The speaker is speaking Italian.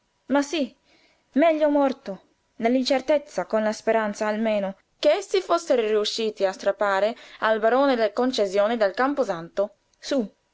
ma sí meglio morto nell'incertezza con la speranza almeno che essi fossero riusciti a strappare al barone la concessione del camposanto sú